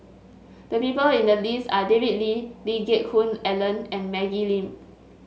the people in the list are David Lee Lee Geck Hoon Ellen and Maggie Lim